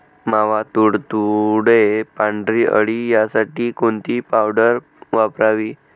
मावा, तुडतुडे, पांढरी अळी यासाठी कोणती पावडर वापरावी?